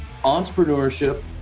entrepreneurship